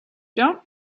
don’t